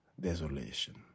desolation